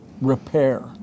repair